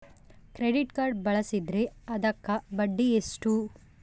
Credit card ಬಳಸಿದ್ರೇ ಅದಕ್ಕ ಬಡ್ಡಿ ಎಷ್ಟು?